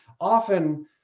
often